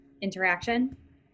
interaction